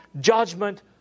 judgment